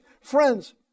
Friends